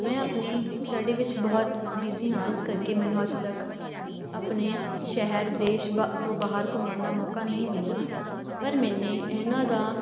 ਮੈਂ ਆਪਣੀ ਸਟੱਡੀ ਵਿੱਚ ਬਹੁਤ ਬਿਜ਼ੀ ਹਾਂ ਇਸ ਕਰਕੇ ਮੈਨੂੰ ਅੱਜ ਤੱਕ ਆਪਣੇ ਸ਼ਹਿਰ ਦੇਸ਼ ਬ ਤੋਂ ਬਾਹਰ ਘੁੰਮਣ ਦਾ ਮੌਕਾ ਨਹੀਂ ਮਿਲਿਆ ਪਰ ਮੈਨੇ ਇਹਨਾਂ ਦਾ